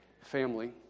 family